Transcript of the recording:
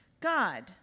God